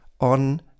on